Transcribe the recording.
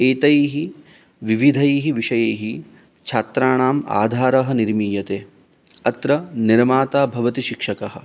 एतैः विविधैः विषयैः छात्राणाम् आधारः निर्मीयते अत्र निर्माता भवति शिक्षकः